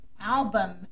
album